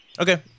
Okay